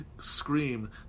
scream